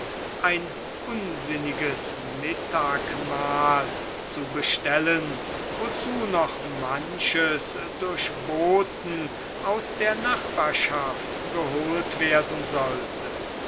ein unsinniges mittagmahl zu bestellen wozu noch manches durch boten aus der nachbarschaft geholt werden sollte